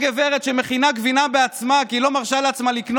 כנראה עבר את הקו,